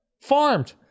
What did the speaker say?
farmed